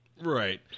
right